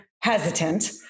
hesitant